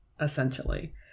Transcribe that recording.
essentially